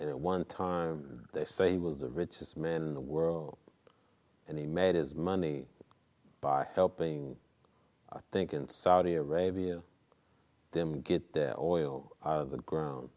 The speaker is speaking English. getty at one time they say he was the richest man in the world and he made his money by helping i think in saudi arabia them get oil out of the ground